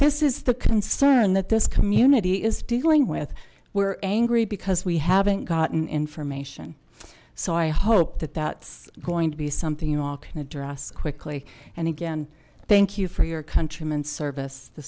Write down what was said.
this is the concern that this community is dealing with we're angry because we haven't gotten information so i hope that that's going to be something you all can address quickly and again thank you for your countrymen service the